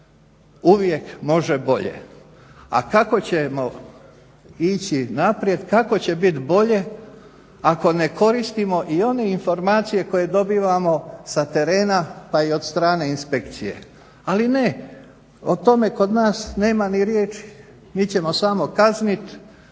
Uvijek može bolje. A kako ćemo ići naprijed, kako će bit bolje ako ne koristimo i one informacije koje dobivamo sa terena pa i od strane inspekcije. Ali ne, o tome kod nas nema ni riječi. Mi ćemo samo kaznit